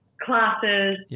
classes